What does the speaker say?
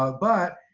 ah but,